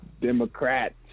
Democrats